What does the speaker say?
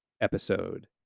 episode